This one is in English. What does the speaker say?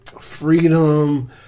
freedom